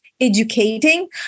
educating